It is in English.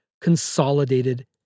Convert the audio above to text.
consolidated